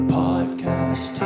podcast